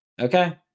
Okay